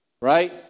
Right